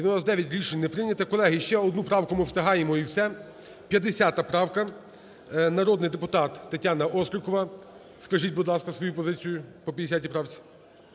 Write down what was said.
За-99 Рішення не прийнято. Колеги, ще одну правку ми встигаємо і все. 50 правка, народний депутат Тетяна Острікова. Скажіть, будь ласка, свою позицію по 50 правці.